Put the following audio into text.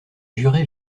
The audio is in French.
jurés